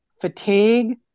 fatigue